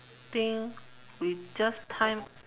think we just time